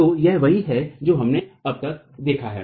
तो यह वही है जो हमने अब तक देखा है